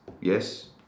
Yes